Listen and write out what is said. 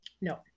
No